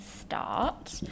start